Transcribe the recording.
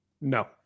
No